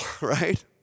right